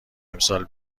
امسال